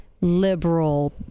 liberal